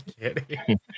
kidding